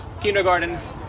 kindergartens